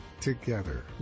Together